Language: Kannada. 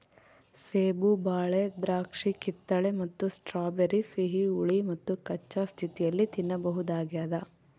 ಸೇಬು ಬಾಳೆ ದ್ರಾಕ್ಷಿಕಿತ್ತಳೆ ಮತ್ತು ಸ್ಟ್ರಾಬೆರಿ ಸಿಹಿ ಹುಳಿ ಮತ್ತುಕಚ್ಚಾ ಸ್ಥಿತಿಯಲ್ಲಿ ತಿನ್ನಬಹುದಾಗ್ಯದ